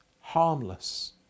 harmless